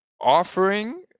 offering